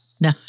No